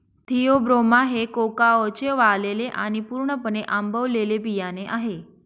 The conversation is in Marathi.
थिओब्रोमा हे कोकाओचे वाळलेले आणि पूर्णपणे आंबवलेले बियाणे आहे